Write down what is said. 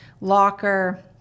locker